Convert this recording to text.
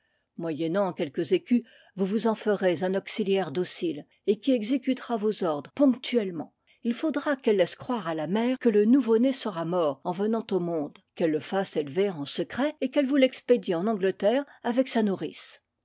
moyennant quelques écus vous vous en ferez un auxiliaire docile et qui exécu tera vos ordres ponctuellement il faudra qu'elle laisse croire à la mère que le nouveau-né sera mort en venant au monde qu'elle le fasse élever en secret et qu'elle vous l'ex pédie en angleterre avec sa nourrice